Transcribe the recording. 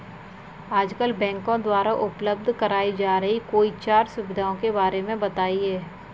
आजकल बैंकों द्वारा उपलब्ध कराई जा रही कोई चार सुविधाओं के बारे में बताइए?